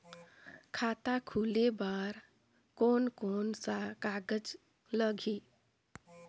खाता खुले बार कोन कोन सा कागज़ लगही?